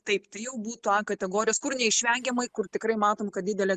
taip tai jau būtų a kategorijos kur neišvengiamai kur tikrai matom kad didelė